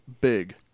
big